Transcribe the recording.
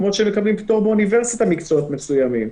כמו שמקבלים פטור באוניברסיטה במקצועות מסוימים,